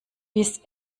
bis